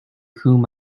whom